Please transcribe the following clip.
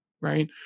Right